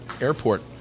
airport